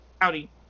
Howdy